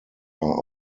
are